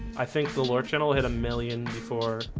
i think the lord channel hit a million for